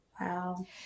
Wow